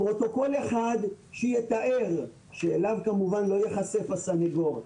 פרוטוקול אחד שאליו כמובן לא ייחשף הסניגור,